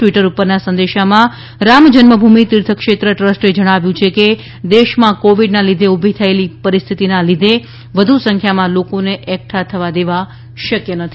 Twitter ઉપરના સંદેશામાં રામ જન્મભૂમિ તીર્થક્ષેત્ર ટ્રસ્ટે જણાવ્યું છે કે દેશમાં કોવિડના લીધે ઊભી થયેલી પરિસ્થિતિના લીધે વધુ સંખ્યામાં લોકોને એકઠા થવા દેવા શક્ય નથી